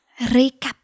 Recap